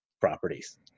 properties